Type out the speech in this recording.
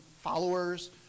followers